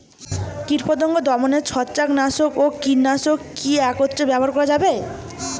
কীটপতঙ্গ দমনে ছত্রাকনাশক ও কীটনাশক কী একত্রে ব্যবহার করা যাবে?